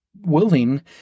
willing